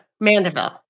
Mandeville